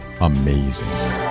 amazing